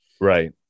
Right